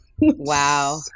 Wow